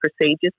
procedures